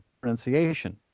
pronunciation